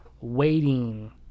waiting